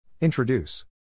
Introduce